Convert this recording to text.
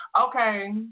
okay